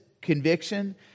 conviction